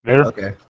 Okay